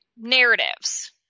narratives